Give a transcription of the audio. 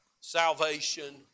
salvation